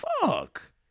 fuck